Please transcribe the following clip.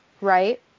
right